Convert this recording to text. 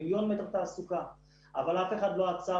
מיליון מטרים תעסוקה אבל אף אחד לא עצר